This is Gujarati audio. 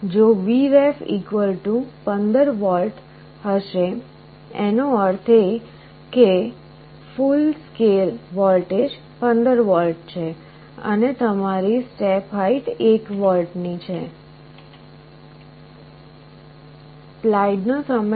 જો Vref 15 V હશે એનો અર્થ એ કે ફુલ સ્કેલ વોલ્ટેજ 15 V છે અને તમારી સ્ટેપ હાઈટ 1 વોલ્ટની હશે